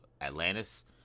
Atlantis